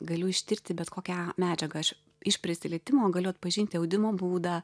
galiu ištirti bet kokią medžiagą iš prisilietimo galiu atpažinti audimo būdą